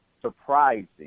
surprising